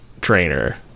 trainer